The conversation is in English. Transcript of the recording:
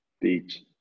Beach